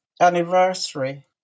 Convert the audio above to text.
anniversary